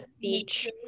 beach